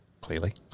Clearly